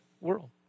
world